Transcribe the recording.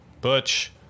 Butch